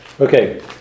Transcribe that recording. Okay